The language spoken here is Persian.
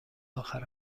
آخر